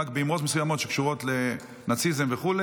רק באמירות מסוימות שקשורות לנאציזם וכו',